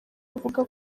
buvuga